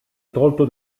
tolto